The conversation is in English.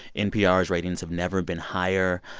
npr's ratings have never been higher.